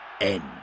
end